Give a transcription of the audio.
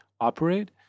operate